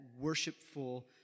worshipful